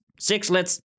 sixlets